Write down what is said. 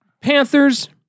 Panthers